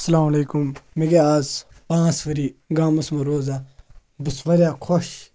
اَسَلامُ علیکُم مےٚ گٔے آز پانٛژھ ؤری گامَس منٛز روزان بہٕ چھُس واریاہ خۄش